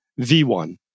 V1